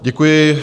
Děkuji.